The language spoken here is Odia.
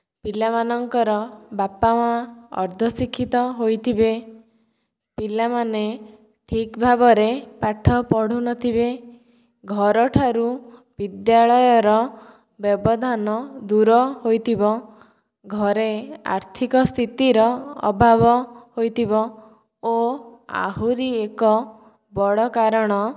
ପିଲାମାନଙ୍କର ବାପା ମା' ଅର୍ଦ୍ଧ ଶିକ୍ଷିତ ହୋଇଥିବେ ପିଲାମାନେ ଠିକ୍ ଭାବରେ ପାଠ ପଢ଼ୁନଥିବେ ଘରଠାରୁ ବିଦ୍ୟାଳୟର ବ୍ୟବଧାନ ଦୂର ହୋଇଥିବ ଘରେ ଆର୍ଥିକ ସ୍ଥିତିର ଅଭାବ ହୋଇଥିବ ଓ ଆହୁରି ଏକ ବଡ଼ କାରଣ